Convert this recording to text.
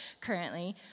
currently